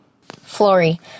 Flory